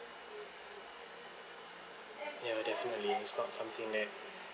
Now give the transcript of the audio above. ya definitely it's not something that